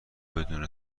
بدون